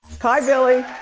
hi, billy.